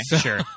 sure